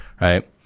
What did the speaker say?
Right